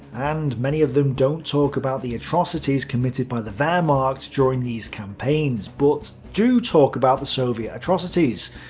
and many of them don't talk about the atrocities committed by the wehrmacht during these campaigns but do talk about the soviet atrocities.